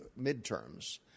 midterms